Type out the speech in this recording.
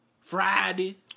Friday